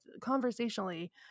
conversationally